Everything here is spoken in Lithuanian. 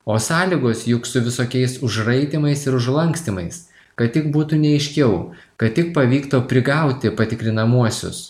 o sąlygos juk su visokiais užraitymais ir užlankstimais kad tik būtų neaiškiau kad tik pavyktų prigauti patikrinamuosius